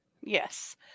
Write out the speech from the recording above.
Yes